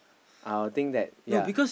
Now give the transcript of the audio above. I'll think that ya